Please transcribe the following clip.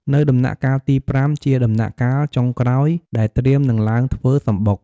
នៅដំណាក់កាលទី៥ ជាដំណាក់កាលចុងក្រោយ ដែលត្រៀមនឹងឡើងធ្វើសំបុក។